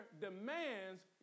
demands